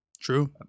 True